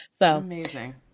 Amazing